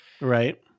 Right